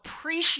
appreciate